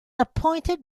appointed